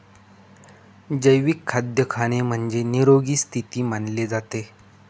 जैविक खाद्य खाणे म्हणजे, निरोगी स्थिती मानले जाते